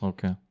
Okay